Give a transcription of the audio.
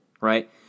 right